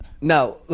Now